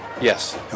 Yes